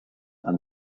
and